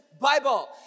Bible